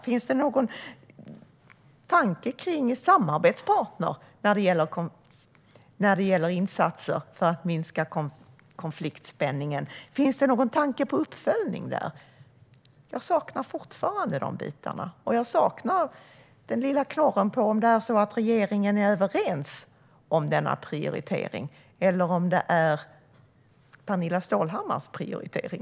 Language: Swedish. Finns det någon tanke kring samarbetspartner när det gäller insatser för att minska konfliktspänningen? Finns det någon tanke på uppföljning? Jag saknar fortfarande de bitarna. Jag saknar fortfarande svar på om regeringen är överens om denna prioritering eller om det är Pernilla Stålhammars prioritering.